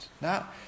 Now